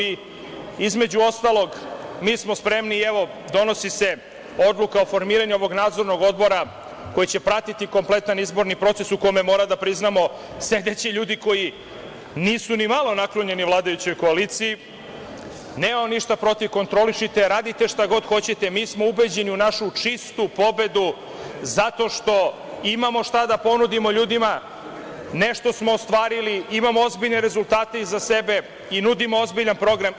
Između ostalog, mi smo spremni, evo, donosi se odluka o formiranju ovog nadzornog odbora koji će pratiti kompletan izborni proces u kome, moramo da priznamo, sedeće ljudi koji nisu ni malo naklonjeni vladajućoj koaliciji, nemamo ništa protiv, kontrolišite, radite šta god hoćete, mi smo ubeđeni u našu čistu pobedu, zato što imamo šta da ponudimo ljudima, nešto smo ostvarili, imamo ozbiljne rezultate iza sebe i nudimo ozbiljan program.